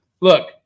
look